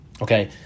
okay